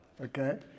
okay